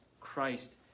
Christ